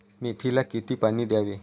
मेथीला किती पाणी द्यावे?